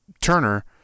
Turner